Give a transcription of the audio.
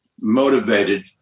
motivated